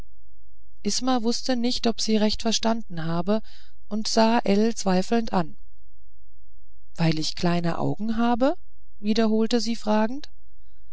isma wußte nicht ob sie recht verstanden habe und sah ell zweifelnd an weil ich kleine augen habe wiederholte sie fragend